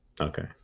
Okay